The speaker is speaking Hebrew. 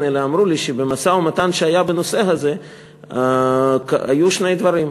אלא שאמרו לי שבמשא-ומתן שהיה בנושא הזה היו שני דברים: